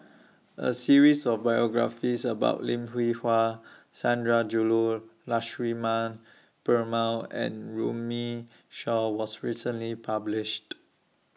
A series of biographies about Lim Hwee Hua Sundarajulu Lakshmana Perumal and Runme Shaw was recently published